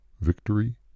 victory